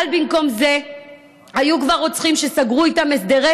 אבל במקום זה כבר היו רוצחים שסגרו איתם הסדרי